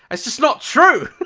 it's just not true!